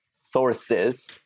sources